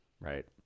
Right